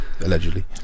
allegedly